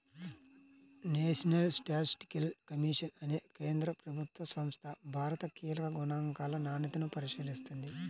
national statistical commission అనే కేంద్ర ప్రభుత్వ సంస్థ భారత కీలక గణాంకాల నాణ్యతను పరిశీలిస్తుంది